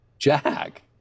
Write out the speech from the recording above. Jack